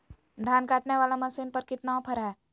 धान काटने वाला मसीन पर कितना ऑफर हाय?